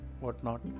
whatnot